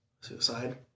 suicide